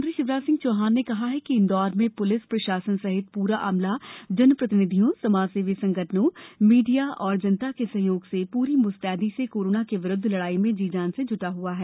मुख्यमंत्री शिवराज सिंह चौहान ने कहा है कि इंदौर में प्लिस प्रशासन सहित पूरा अमला जनप्रतिनिधियों समाजसेवी सं ठनों मीडिया एवं जनता के सहयो से पूरी मुस्तैदी से कोरोना के विरुद्ध लड़ाई में जी जान से ज्टा है